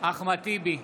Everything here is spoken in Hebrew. אחמד טיבי,